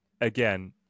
again